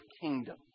kingdom